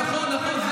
נכון.